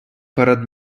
перед